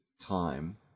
time